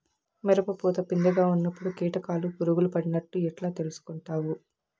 మిరప పూత పిందె గా ఉన్నప్పుడు కీటకాలు పులుగులు పడినట్లు ఎట్లా తెలుసుకుంటావు?